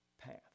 path